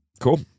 Cool